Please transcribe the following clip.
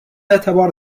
اعتبار